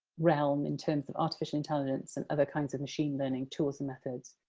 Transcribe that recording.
realm in terms of artificial intelligence and other kinds of machine-learning tools and methods